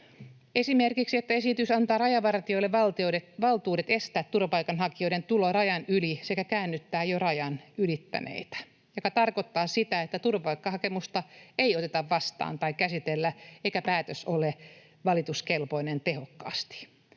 Esimerkiksi se, että esitys antaa rajavartijoille valtuudet estää turvapaikanhakijoiden tulon rajan yli sekä käännyttää jo rajan ylittäneitä, mikä tarkoittaa sitä, että turvapaikkahakemusta ei oteta vastaan tai käsitellä eikä päätös ole valituskelpoinen tehokkaasti.